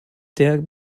der